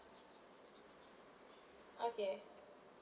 okay